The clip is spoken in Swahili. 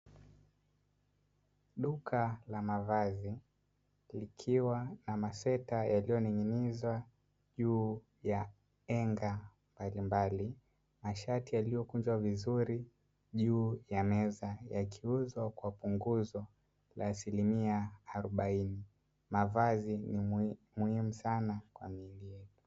Duka la mavazi likuwa na masweta yaliyoninginizwa kwa enga mbalimbali, mashati yaliyo kunjwa vizuri juu ya meza wakiuza kwa punguzo la asilimia arobaini mavazi ni muhimu sana kwa miili yetu.